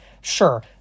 sure